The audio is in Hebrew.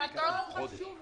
הכול חשוב וראוי.